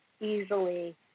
easily